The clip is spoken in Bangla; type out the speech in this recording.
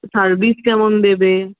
সার্ভিস কেমন দেবে